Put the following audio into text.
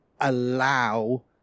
allow